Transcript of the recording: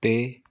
ਤੇ